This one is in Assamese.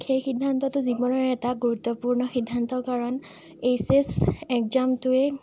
সেই সিদ্ধান্তটো জীৱনৰ এটা গুৰুত্বপূৰ্ণ সিদ্ধান্ত কাৰণ এইচ এছ একজামটোয়ে